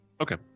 Okay